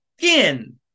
skin